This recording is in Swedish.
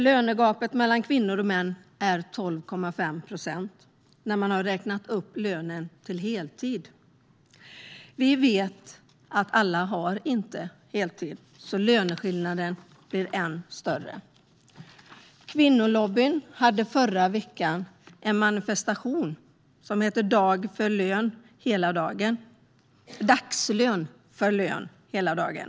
Lönegapet mellan kvinnor och män är 12,5 procent vid heltid. Vi vet att alla inte arbetar heltid, så löneskillnaden blir än större. Kvinnolobbyn genomförde förra veckan en manifestation, Dags för lön hela dagen!